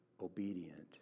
obedient